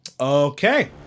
Okay